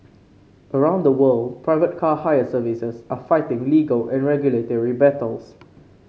around the world private car hire services are fighting legal and regulatory battles